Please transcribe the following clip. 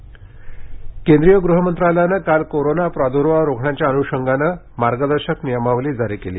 मार्गदर्शक नियमावली केंद्रीय गृह मंत्रालयानं काल कोरोना प्रादुर्भाव रोखण्याच्या अनुषंगानं मार्गदर्शक नियमावली जारी केली